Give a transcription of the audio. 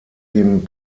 ihm